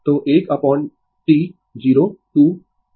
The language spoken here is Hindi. तो 1 अपोन T 0 टू dt vdt